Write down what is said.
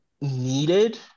Needed